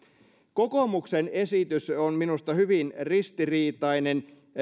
kokoomuksen esitys on minusta hyvin ristiriitainen